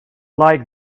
like